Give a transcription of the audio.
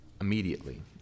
Immediately